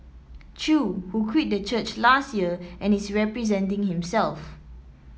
Chew who quit the church last year and is representing himself